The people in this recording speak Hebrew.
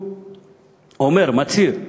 מצהיר,